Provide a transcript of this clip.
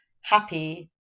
happy